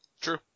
True